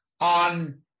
on